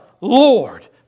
Lord